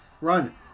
run